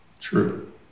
true